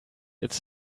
its